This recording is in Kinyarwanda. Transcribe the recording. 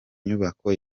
nyubako